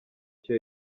cyo